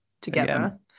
together